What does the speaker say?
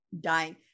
dying